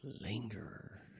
Linger